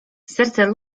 serce